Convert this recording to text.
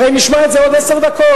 הרי נשמע את זה בעוד עשר דקות,